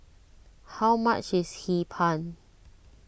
how much is Hee Pan